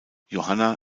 johanna